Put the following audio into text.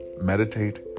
Meditate